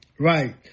Right